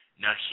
Now